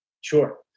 Sure